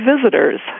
visitors